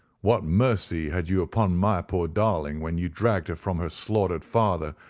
what mercy had you upon my poor darling, when you dragged her from her slaughtered father,